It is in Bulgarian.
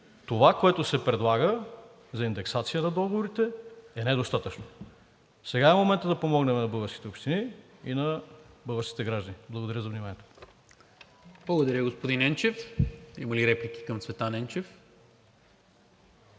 това, което се предлага за индексация на договорите, е недостатъчно. Сега е моментът да помогнем на българските общини и на българските граждани. Благодаря Ви за вниманието. ПРЕДСЕДАТЕЛ НИКОЛА МИНЧЕВ: Благодаря Ви, господин Енчев. Има ли реплики към Цветан Енчев?